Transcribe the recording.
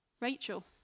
Rachel